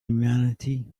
humanity